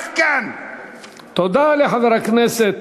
תודה לחבר הכנסת